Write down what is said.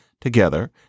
together